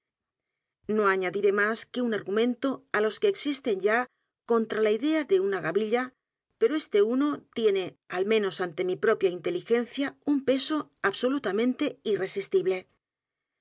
no añadiré más que un argumento á los que existen ya contra la idea de una gavilla pero este uno tiene al menos ante mi propia inteligencia un peso absolutamente irresistible